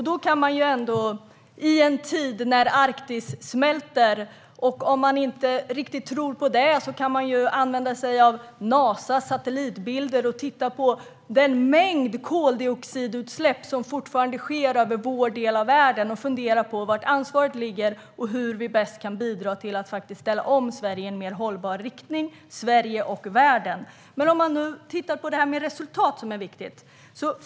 Då kan man i en tid när Arktis smälter - om man inte riktigt tror på det kan man använda sig av Nasas satellitbilder - titta på den mängd koldioxidutsläpp som fortfarande sker över vår del av världen och fundera på var ansvaret ligger och hur vi bäst kan bidra till att ställa om Sverige och världen i en mer hållbar riktning. Men låt oss titta på det här med resultat, som är viktigt.